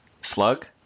Slug